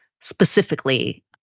specifically